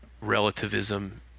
Relativism